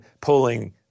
pulling